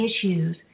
issues